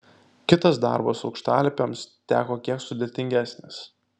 kitas darbas aukštalipiams teko kiek sudėtingesnis